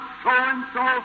so-and-so